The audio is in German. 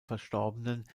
verstorbenen